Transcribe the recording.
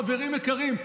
חברים יקרים,